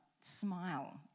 smile